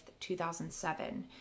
2007